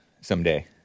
someday